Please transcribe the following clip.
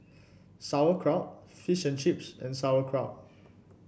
Sauerkraut Fish and Chips and Sauerkraut